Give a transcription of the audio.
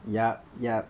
yup yup